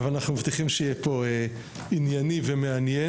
אבל אנחנו מבטיחים שיהיה פה ענייני ומעניין.